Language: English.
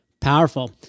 Powerful